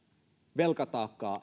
velkataakkaa